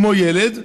כמו ילד,